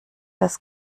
das